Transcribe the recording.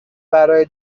برای